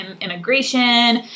immigration